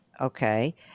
Okay